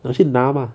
要去拿吗